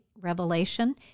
Revelation